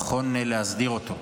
נכון להסדיר אותו.